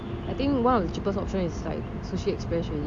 I think one of the cheapest option is like sushi already